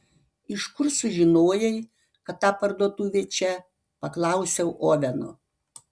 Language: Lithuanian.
iš kur sužinojai kad ta parduotuvė čia paklausiau oveno